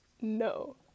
No